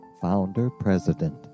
Founder-President